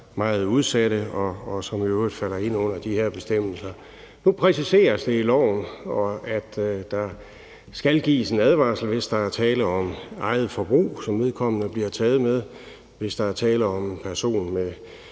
meget udsatte, og som i øvrigt falder ind under de her bestemmelser. Nu præciseres det i loven, at der skal gives en advarsel, hvis der er tale om eget forbrug, som vedkommende bliver taget med, og hvis der er tale om personer med